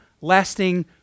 lasting